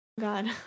God